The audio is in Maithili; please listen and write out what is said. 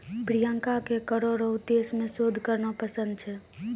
प्रियंका के करो रो उद्देश्य मे शोध करना पसंद छै